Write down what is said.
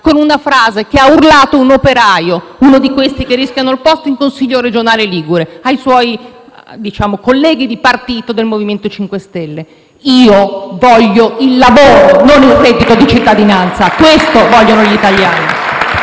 con un frase che ha urlato un operaio, uno di quelli che rischiano il posto, nel Consiglio regionale ligure ai suoi colleghi di partito, del MoVimento 5 Stelle: «Io voglio il lavoro», non il reddito di cittadinanza. Questo vogliono gli italiani.